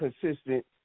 consistent